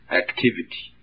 activity